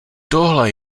tohle